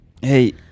hey